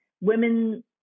Women